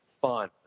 fun